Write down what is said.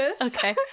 okay